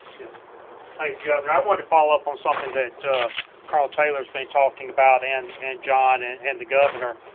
yeah like yeah and um want to follow up on something that carl taylor has been talking about and and john and and the governor.